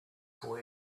for